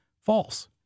false